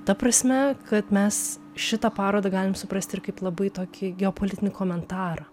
ta prasme kad mes šitą parodą galim suprasti ir kaip labai tokį geopolitinį komentarą